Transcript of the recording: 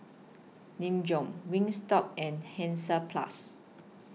Nin Jiom Wingstop and Hansaplast